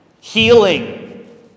healing